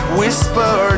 whisper